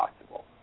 possible